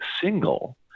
single